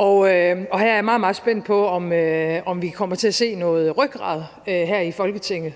Her er jeg meget, meget spændt på, om vi kommer til at se noget rygrad her i Folketinget